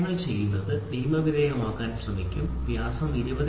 ഞങ്ങൾ ചെയ്യുന്നത് നിയമവിധേയമാക്കാൻ ശ്രമിക്കുകയും വ്യാസം 20